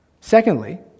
Secondly